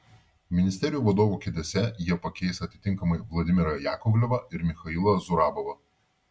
ministerijų vadovų kėdėse jie pakeis atitinkamai vladimirą jakovlevą ir michailą zurabovą